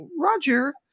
Roger